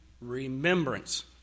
remembrance